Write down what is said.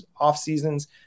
offseasons